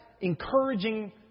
encouraging